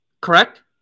correct